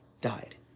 died